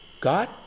God